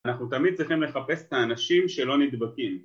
אנחנו תמיד צריכים לחפש את האנשים שלא נדבקים